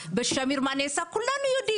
ח"כ מלקו.